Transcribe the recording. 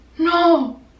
No